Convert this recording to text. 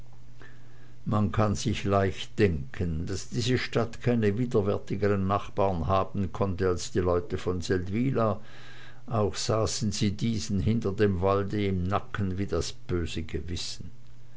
man kann sich leicht denken daß diese stadt keine widerwärtigeren nachbaren haben konnte als die leute von seldwyla auch saßen sie diesen hinter dem walde im nacken wie das böse gewissen